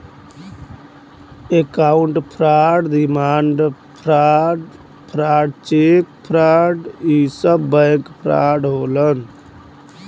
account fraud demand draft fraud cheque fraud इ सब bank fraud होलन